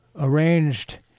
arranged